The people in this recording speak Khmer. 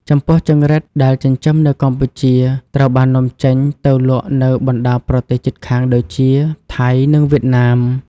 ចំពោះចង្រិតដែលចិញ្ចឹមនៅកម្ពុជាត្រូវបាននាំចេញទៅលក់នៅបណ្តាប្រទេសជិតខាងដូចជា ថៃ និងវៀតណាម។